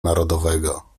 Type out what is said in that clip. narodowego